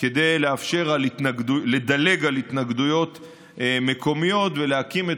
כדי לדלג על התנגדויות מקומיות ולהקים את